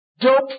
dope